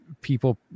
people